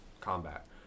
combat